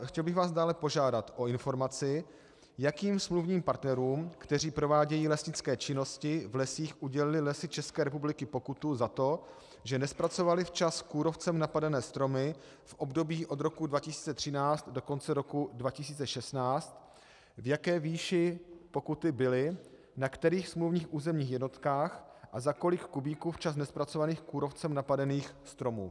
Chtěl bych vás dále požádat o informaci, jakým smluvním partnerům, kteří provádějí lesnické činnosti v lesích, udělily Lesy České republiky pokutu za to, že nezpracovaly včas kůrovcem napadené stromy v období od roku 2013 do konce roku 2016, v jaké výši pokuty byly, na kterých smluvních územních jednotkách a za kolik kubíků včas nezpracovaných kůrovcem napadených stromů.